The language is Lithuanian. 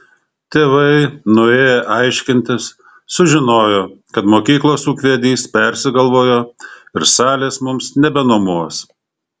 tėvai nuėję aiškintis sužinojo kad mokyklos ūkvedys persigalvojo ir salės mums nebenuomos